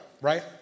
Right